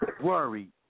worried